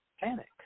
panic